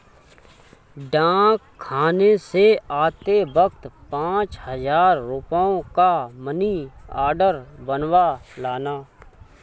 डाकखाने से आते वक्त पाँच हजार रुपयों का मनी आर्डर बनवा लाना